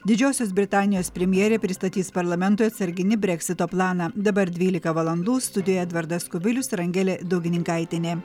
didžiosios britanijos premjerė pristatys parlamentui atsarginį breksito planą dabar dvylika valandų studijoje edvardas kubilius ir angelė daugininkaitienė